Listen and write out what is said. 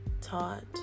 taught